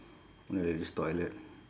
in the ladies toilet